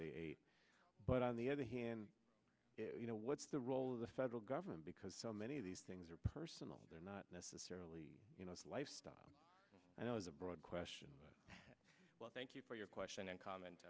they but on the other hand you know what's the role of the federal government because so many of these things are personal they're not necessarily you know it's lifestyle and it was a broad question well thank you for your question and comment